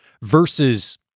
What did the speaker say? versus